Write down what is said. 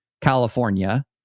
California